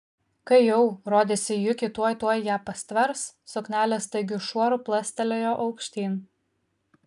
kai jau rodėsi juki tuoj tuoj ją pastvers suknelė staigiu šuoru plastelėjo aukštyn